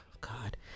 God